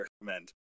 recommend